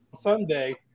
Sunday